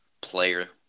player